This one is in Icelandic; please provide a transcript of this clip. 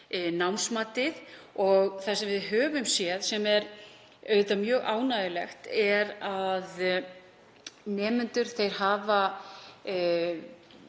námsmatið. Það sem við höfum séð, sem er auðvitað mjög ánægjulegt, er að nemendur hafa